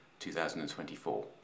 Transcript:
2024